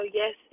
yes